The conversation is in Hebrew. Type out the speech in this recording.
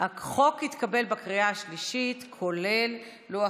החוק התקבל בקריאה השלישית, כולל לוח